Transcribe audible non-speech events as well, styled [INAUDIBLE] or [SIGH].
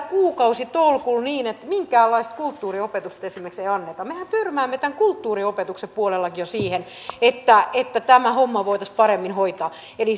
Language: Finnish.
[UNINTELLIGIBLE] kuukausitolkulla niin että minkäänlaista kulttuuriopetusta esimerkiksi ei anneta mehän tyrmäämme jo kulttuuriopetuksen puolellakin sen että tämä homma voitaisiin paremmin hoitaa eli